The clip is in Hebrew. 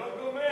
אתה לא גומר.